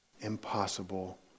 impossible